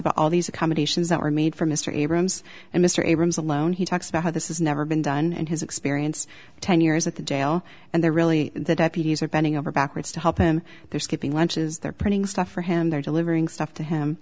about all these accommodations that were made for mr abrams and mr abrams alone he talks about how this is never been done and his experience ten years at the jail and they're really the deputies are bending over backwards to help him they're skipping lunch is they're printing stuff for him they're delivering stuff to him